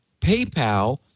PayPal